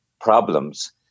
problems